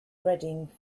reading